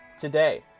today